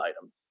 items